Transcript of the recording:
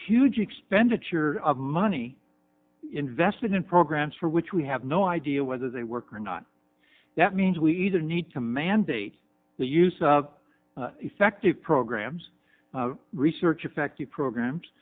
huge expenditure of money invested in programs for which we have no idea whether they work or not that means we either need to mandate the use of effective programs research effective